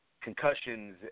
concussions